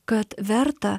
kad verta